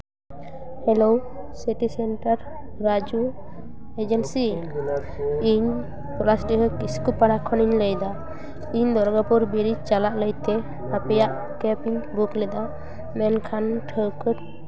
hello city centre Raju agency ᱤᱧ ᱯᱚᱞᱟᱥᱰᱤᱦᱟᱹ ᱠᱤᱥᱠᱩ ᱯᱟᱲᱟ ᱠᱷᱚᱱᱤᱧ ᱞᱟᱹᱭᱫᱟ ᱤᱧ ᱫᱩᱨᱜᱟᱯᱩᱨ ᱵᱮᱨᱤᱡᱽ ᱪᱟᱞᱟᱜ ᱞᱟᱹᱜᱤᱫ ᱛᱮ ᱟᱯᱮᱭᱟᱜ ᱠᱮᱵᱽ ᱤᱧ ᱵᱩᱠ ᱞᱮᱫᱟ ᱢᱮᱱᱠᱷᱟᱱ ᱴᱷᱟᱹᱣᱠᱟᱹ